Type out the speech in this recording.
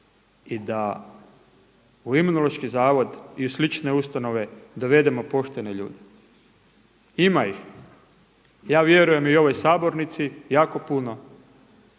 i da u Imunološki zavod i u slične ustanove dovedemo poštene ljude. Ima ih, ja vjerujem i u ovoj sabornici jako puno.